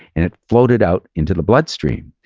and it floated out into the bloodstream,